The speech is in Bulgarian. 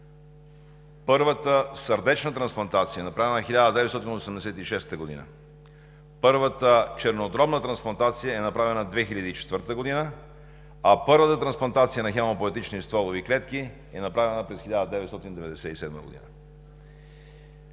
Първата сърдечна трансплантация е направена през 1986 г. Първата чернодробна трансплантация е направена през 2004 г., а първата трансплантацията на хемопоетични стволови клетки е направена през 1997 г.